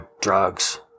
drugs